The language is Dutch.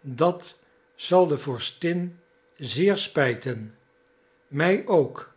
dat zal de vorstin zeer spijten mij ook